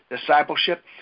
discipleship